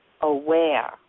aware